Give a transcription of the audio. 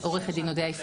ביחס לאיזה